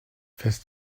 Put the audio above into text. fährst